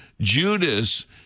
Judas